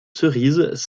cerises